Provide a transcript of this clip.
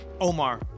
Omar